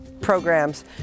programs